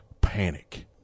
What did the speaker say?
panic